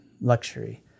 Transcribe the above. luxury